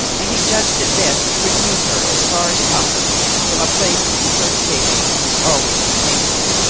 and he judged it best to remove her as far as possible from a place whose associations must always be painful.